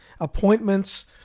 appointments